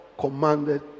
commanded